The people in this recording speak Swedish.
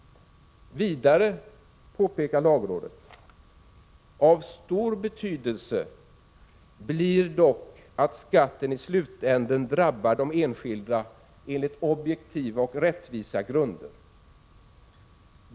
Vidare påpekar lagrådet: ”Av stor betydelse blir dock att skatten i slutänden drabbar de enskilda enligt objektiva och rättvisa grunder.